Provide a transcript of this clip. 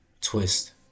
twist